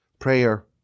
Prayer